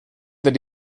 that